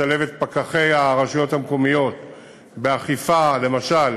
לשלב את פקחי הרשויות המקומיות באכיפה, למשל